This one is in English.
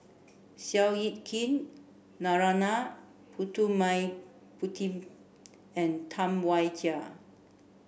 Seow Yit Kin Narana Putumaippittan and Tam Wai Jia